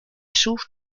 schuf